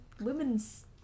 women's